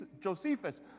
Josephus